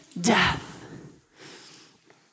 death